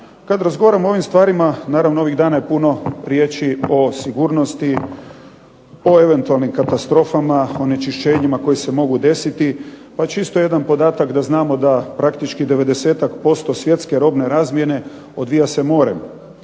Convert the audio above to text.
Kad razgovaramo o ovim stvarima, naravno ovih dana je puno riječi o sigurnosti, o eventualnim katastrofama, onečišćenjima koji se mogu desiti, pa čisto jedan podatak da znamo da praktički 90-ak posto svjetske robne razmjene odvija se morem